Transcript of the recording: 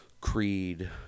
creed